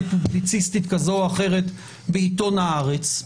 פובליציסטית כזאת או אחרת בעיתון הארץ.